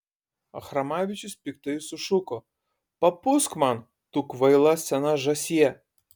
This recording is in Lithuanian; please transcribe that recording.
achramavičius piktai sušuko papūsk man tu kvaila sena žąsie